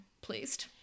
pleased